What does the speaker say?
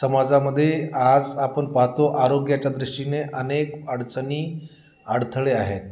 समाजामध्ये आज आपण पाहतो आरोग्याच्या दृष्टीने अनेक अडचणी अडथळे आहेत